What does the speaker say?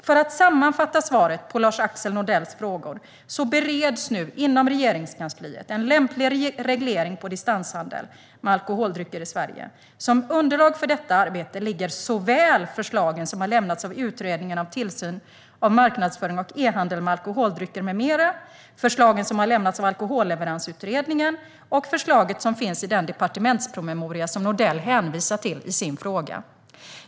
För att sammanfatta svaret på Lars-Axel Nordells frågor: Inom Regeringskansliet bereds nu en lämplig reglering av distanshandel med alkoholdrycker i Sverige. Som underlag för detta arbete ligger förslagen som har lämnats av Utredningen om tillsyn av marknadsföring och e-handel med alkoholdrycker m.m., förslagen som har lämnats av Alkoholleveransutredningen och förslaget som finns i den departementspromemoria som Nordell hänvisar till i sin fråga.